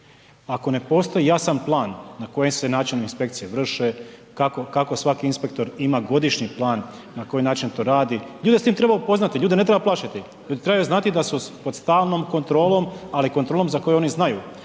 Ako ne postoji jasan plan na koje sve načine inspekcije vrše, kako svaki inspektor ima godišnji plan, na koji način to radi, ljude s tim treba upoznati, ljude ne treba plašiti, ljudi trebaju znati da su pod stalnom kontrolom, ali kontrolom za koju oni znaju,